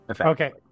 okay